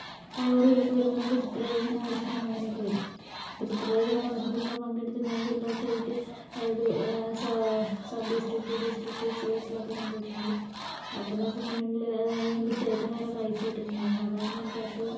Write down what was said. പരിപാടികളൊക്കെ വരുമ്പോൾ നമുക്ക് ചിത്രരചന മത്സരം അങ്ങനെയൊക്കെ വരും അപ്പം ചിത്രരചന മത്സരത്തിൽ ഒക്കെ പങ്കെടുത്ത് ഞാൻ ജില്ലാ സ്റ്റേറ്റ് അതായത് സ സബ് ഡിസ്ട്രിക്ട് ഡിസ്ട്രിക്ട് സ്റ്റേറ്റിലൊക്കെ ഞാൻ പോയിട്ടുണ്ട് അപ്പം എന്ന് വെച്ചിട്ടുണ്ടെങ്കിൽ അതായത് എനിക്ക് സ്റ്റേറ്റിൽ നിന്നുവരെ പ്രൈസ് കിട്ടിയിട്ടുണ്ടായിരുന്നു അതായിരുന്നു എനിക്ക് ഏറ്റവും